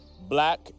black